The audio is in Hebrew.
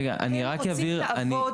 רגע, אני רק אבהיר --- הם רוצים לעבוד.